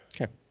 Okay